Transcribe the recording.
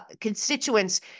constituents